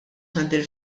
xandir